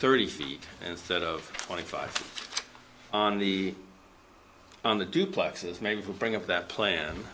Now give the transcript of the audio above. thirty feet and third of twenty five on the on the duplexes maybe bring up that plan